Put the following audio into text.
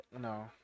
no